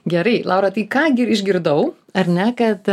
gerai laura tai ką gi išgirdau ar ne kad